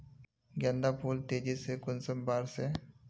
गेंदा फुल तेजी से कुंसम बार से?